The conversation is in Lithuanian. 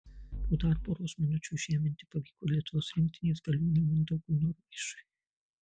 po dar poros minučių žeminti pavyko ir lietuvos rinktinės galiūnui mindaugui norvaišui